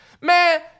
Man